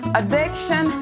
addiction